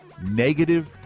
negative